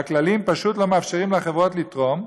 והכללים פשוט לא מאפשרים לחברות לתרום,